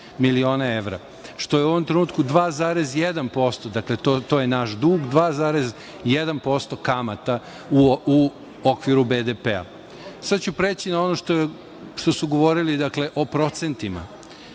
miliona evra, što je u ovom trenutku 2,1%. To je naš dug, 2,1% kamata u okviru BDP-a. Sad ću preći na ono što su govorili o procentima.